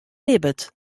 libbet